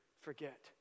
forget